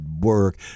work